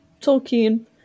Tolkien